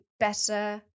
better